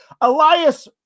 Elias